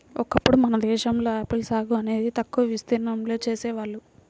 ఒకప్పుడు మన దేశంలో ఆపిల్ సాగు అనేది తక్కువ విస్తీర్ణంలో చేసేవాళ్ళు